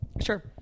Sure